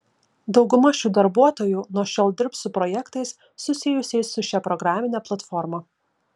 dauguma šių darbuotojų nuo šiol dirbs su projektais susijusiais su šia programine platforma